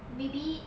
maybe